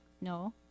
no